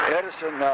Edison